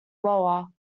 lower